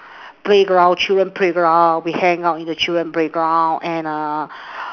playground children playground we hang out in the children playground and uh